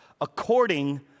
according